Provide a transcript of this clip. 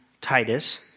Titus